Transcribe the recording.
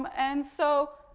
um and so,